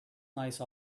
nice